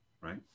right